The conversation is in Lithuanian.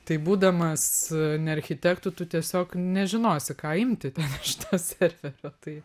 tai būdamas ne architektu tu tiesiog nežinosi ką imti ten iš to serverio tai